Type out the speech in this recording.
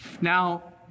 Now